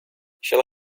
shall